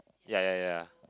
ya ya ya